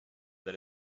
that